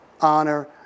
honor